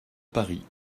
paris